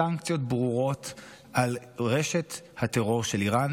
ובסנקציות ברורות על רשת הטרור של איראן,